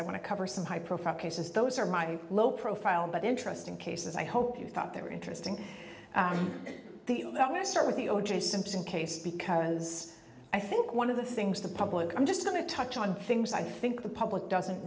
i want to cover some high profile cases those are my low profile but interesting cases i hope you thought they were interesting the let me start with the o j simpson case because i think one of the things the public i'm just going to touch on things i think the public doesn't